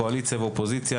קואליציה ואופוזיציה,